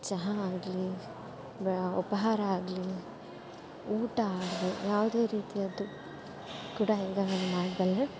ಚಹಾ ಆಗಲಿ ಬೆ ಉಪಹಾರ ಆಗಲಿ ಊಟ ಆಗಲಿ ಯಾವುದೇ ರೀತಿಯದ್ದು ಕೂಡ ಈಗ ನಾನು ಮಾಡಬಲ್ಲೆ